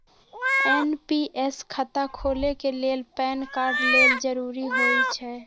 NPS खता खोले के लेल पैन कार्ड लेल जरूरी होइ छै